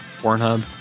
Pornhub